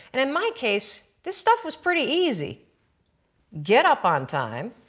and in my case this stuff was pretty easy get up on time,